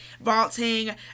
vaulting